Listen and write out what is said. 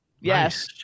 Yes